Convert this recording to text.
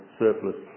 surplus